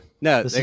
No